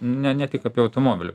ne ne tik apie automobilį